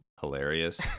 hilarious